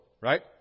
right